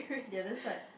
the other side